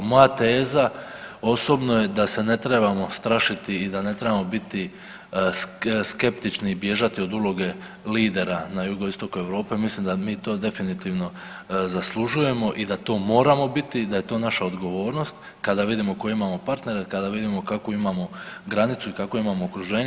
Moja teza osobno je da se ne trebamo strašiti i da ne trebamo biti skeptični i bježati od uloge lidera na Jugoistoku Europe, mislim da mi to definitivno zaslužujemo i da to moramo biti i da je to naša odgovornost kada vidimo koje imamo partnere, kada vidimo kakvu imamo granicu i kakvo imamo okruženje.